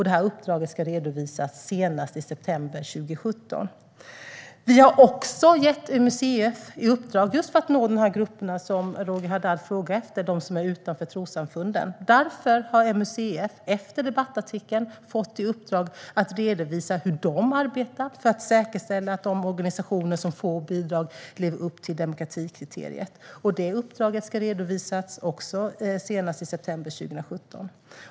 Det här uppdraget ska redovisas senast i september 2017. Vi har också gett MUCF i uppdrag efter debattartikeln - just för att nå de här grupperna som Roger Haddad frågar efter, alltså de som är utanför trossamfunden - att redovisa hur de arbetar för att säkerställa de organisationer som får bidrag lever upp till demokratikriteriet. Det uppdraget ska också redovisas senast i september 2017.